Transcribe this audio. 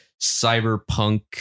cyberpunk